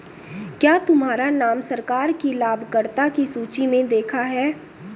क्या तुम्हारा नाम सरकार की लाभकर्ता की सूचि में देखा है